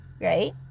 right